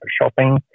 shopping